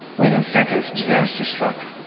within seconds disaster struck.